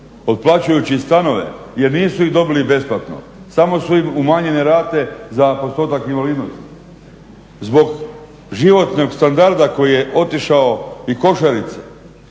otplaćujući stanove jer nisu ih dobili besplatno, samo su im umanjene rate za postotak invalidnosti, zbog životnog standarda koji je otišao i košarice